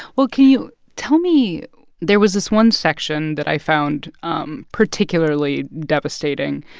well, can you tell me there was this one section that i found um particularly devastating,